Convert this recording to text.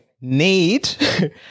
need